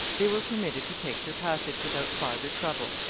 they were permitted to take their passage without farther trouble,